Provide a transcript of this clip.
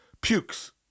pukes